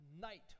night